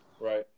right